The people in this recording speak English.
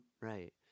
right